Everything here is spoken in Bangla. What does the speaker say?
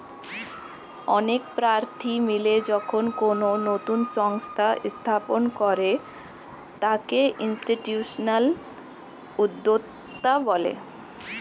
অনেক প্রার্থী মিলে যখন কোনো নতুন সংস্থা স্থাপন করে তাকে ইনস্টিটিউশনাল উদ্যোক্তা বলে